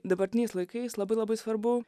dabartiniais laikais labai labai svarbu